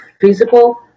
physical